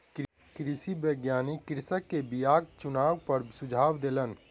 कृषि वैज्ञानिक कृषक के बीयाक चुनाव पर सुझाव देलैन